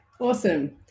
awesome